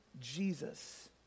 Jesus